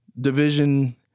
division